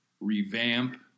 revamp